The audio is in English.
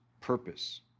purpose